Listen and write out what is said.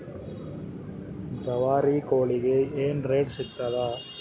ಜವಾರಿ ಕೋಳಿಗಿ ಏನ್ ರೇಟ್ ಸಿಗ್ತದ?